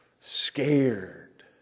scared